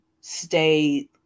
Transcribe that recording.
stay